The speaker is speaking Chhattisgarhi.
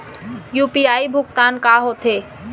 यू.पी.आई भुगतान का होथे?